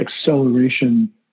acceleration